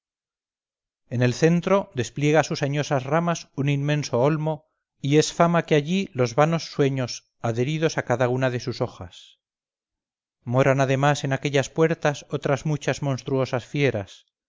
en el centro despliega sus añosas ramas un inmenso olmo y es fama que allí los vanos sueños adheridos a cada una de sus hojas moran además en aquellas puertas otras muchas monstruosas fieras